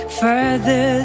further